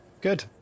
Good